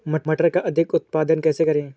मटर का अधिक उत्पादन कैसे करें?